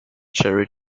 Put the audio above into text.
cherry